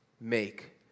make